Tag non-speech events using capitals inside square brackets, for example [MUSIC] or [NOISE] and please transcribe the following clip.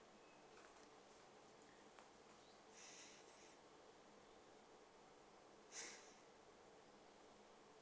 [BREATH]